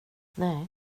nej